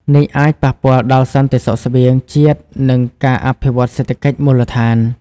នេះអាចប៉ះពាល់ដល់សន្តិសុខស្បៀងជាតិ និងការអភិវឌ្ឍសេដ្ឋកិច្ចមូលដ្ឋាន។